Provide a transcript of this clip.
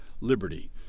liberty